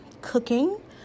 cooking